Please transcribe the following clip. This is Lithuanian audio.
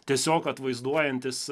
tiesiog atvaizduojantis